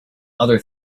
other